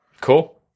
cool